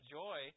joy